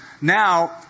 Now